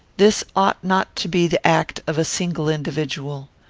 this ought not to be the act of a single individual.